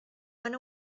went